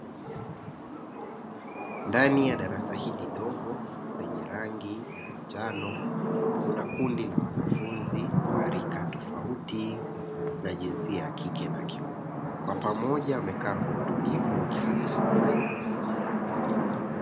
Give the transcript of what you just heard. Ndnai ya darasa hili dogo lenye rangi ya manjano kuna kundi la wanafunzi wa rika tofauti na jinsia ya kike na kiume, kwa pamoja wamekaa kwa utulivu wakifanya kazi zao.